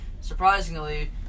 surprisingly